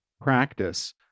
practice